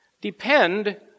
depend